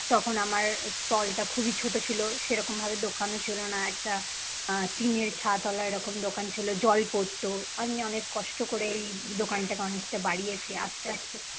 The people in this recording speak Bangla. তখন আমার স্টলটা খুবই ছোটো ছিল সেরকম ভাবে দোকানও ছিল না একটা টিনের ছাতওলা এরকম দোকান ছিল জল পড়তো আমি অনেক কষ্ট করে এই দোকানটাকে অনেকটা বাড়িয়েছি আস্তে আস্তে